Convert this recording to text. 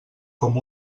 com